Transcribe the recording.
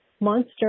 Monster